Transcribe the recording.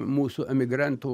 mūsų emigrantų